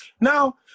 Now